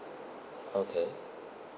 okay